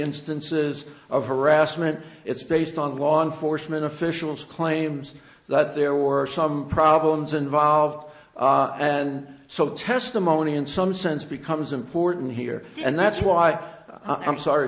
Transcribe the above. instances of harassment it's based on law enforcement officials claims that there were some problems involved and so testimony in some sense becomes important here and that's why i'm sorry